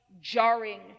jarring